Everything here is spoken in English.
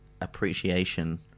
appreciation